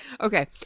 Okay